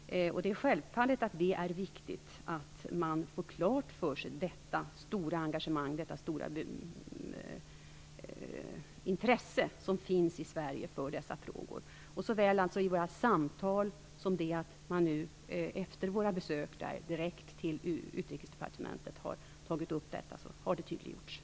Självfallet är det viktigt att man får detta stora engagemang klart för sig, detta stora intresse som finns i Sverige för dessa frågor. Det har tydliggjorts såväl i våra samtal som då man efter våra besök direkt har tagit upp detta med utrikesdepartementet.